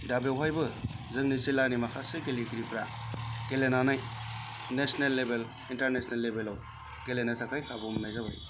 दा बेवहायबो जोंनि जिल्लानि माखासे गेलेगिरिफोरा गेलेनानै नेसनेल लेभेल इन्टारनेसनेल लेबेल आव गेलेनो थाखाय खाबु मोन्नाय जाबाय